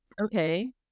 Okay